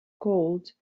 gold